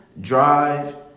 drive